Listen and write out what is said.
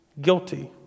guilty